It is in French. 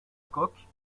coque